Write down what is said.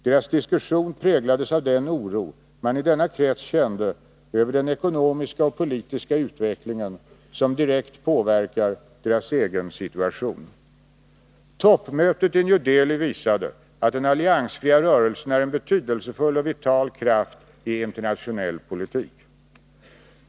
Deras diskussion präglades av den oro man i denna krets kände över den ekonomiska och politiska utvecklingen som direkt påverkar deras egen situation. Toppmötet i New Delhi visade att den alliansfria rörelsen är en betydelsefull och vital kraft i internationell politik.